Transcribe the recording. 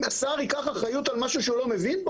השר ייקח אחריות על משהו שהוא לא מבין בו?